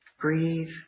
Breathe